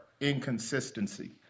inconsistency